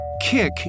Kick